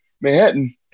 manhattan